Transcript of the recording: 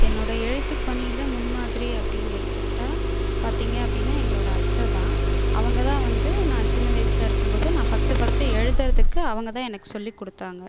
என்னோடய எழுத்துப்பணியில் முன்மாதிரி அப்படின்னு எடுத்துகிட்டால் பார்த்தீங்க அப்படின்னா எங்களோடய அத்தைதான் அவங்க தான் வந்து நான் சின்ன வயசில் இருக்கும் போது நான் ஃபர்ஸ்ட்டு ஃபர்ஸ்ட்டு எழுதுகிறதுக்கு அவங்க தான் எனக்கு சொல்லி கொடுத்தாங்கள்